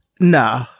nah